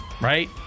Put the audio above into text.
right